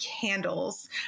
candles